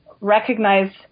recognize